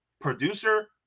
producer